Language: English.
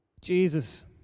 Jesus